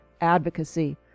advocacy